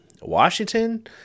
Washington